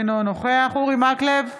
אינו נוכח אורי מקלב,